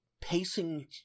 pacing